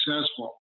successful